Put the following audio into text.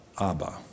Abba